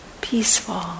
peaceful